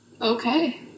okay